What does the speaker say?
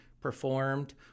performed